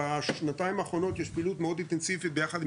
שבשנתיים האחרונות ישנה פעילות מאוד אינטנסיבית ביחד עם